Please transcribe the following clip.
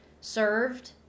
served